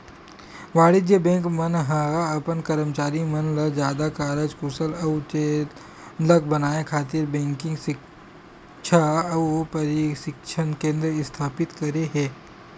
वाणिज्य बेंक मन ह अपन करमचारी मन ल जादा कारज कुसल अउ चेतलग बनाए खातिर बेंकिग सिक्छा अउ परसिक्छन केंद्र इस्थापित करे हे